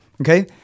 okay